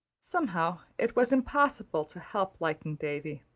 somehow, it was impossible to help liking davy.